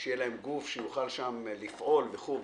שיהיה להם גוף שיוכל שם לפעול וכו'.